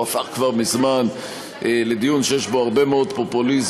הוא הפך כבר מזמן לדיון שיש בו הרבה מאוד פופוליזם,